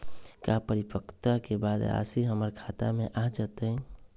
का परिपक्वता के बाद राशि हमर खाता में आ जतई?